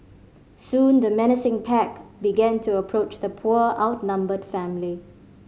soon the menacing pack began to approach the poor outnumbered family